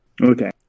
Okay